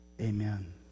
amen